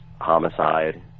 homicide